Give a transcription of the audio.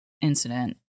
incident